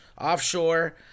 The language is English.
Offshore